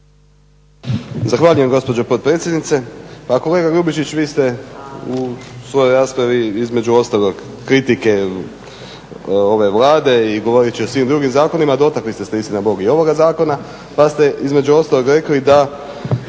Zahvaljujem gospođo potpredsjednice.